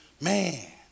Man